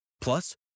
Plus